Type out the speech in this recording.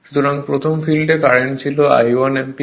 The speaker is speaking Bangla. সুতরাং প্রথম ফিল্ডে কারেন্ট ছিল I1 অ্যাম্পিয়ার